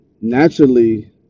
naturally